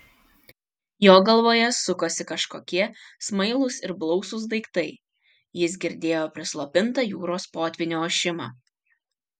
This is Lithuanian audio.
jo galvoje sukosi kažkokie smailūs ir blausūs daiktai jis girdėjo prislopintą jūros potvynio ošimą